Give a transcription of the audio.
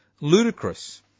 ludicrous